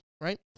right